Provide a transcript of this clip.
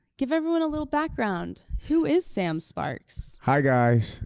give everyone a little background, who is sam sparks? hi, guys,